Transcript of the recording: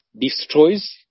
destroys